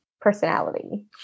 personality